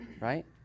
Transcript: right